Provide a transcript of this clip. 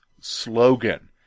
slogan